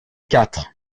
quatre